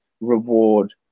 reward